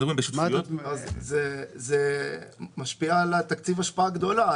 זה משפיע על התקציב השפעה גדולה.